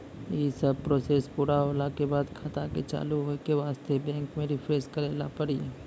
यी सब प्रोसेस पुरा होला के बाद खाता के चालू हो के वास्ते बैंक मे रिफ्रेश करैला पड़ी?